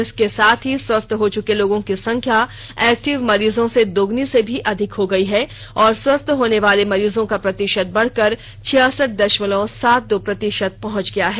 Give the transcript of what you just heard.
इसके साथ ही स्वस्थ हो चुके लोगों की संख्या एक्टिव मरीजों से दोगुनी से भी अधिक हो गयी है और स्वस्थ होने वाले मरीजों का प्रतिषत बढ़कर छियासठ दशमलव सात दो प्रतिशत पहंच गया है